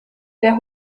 der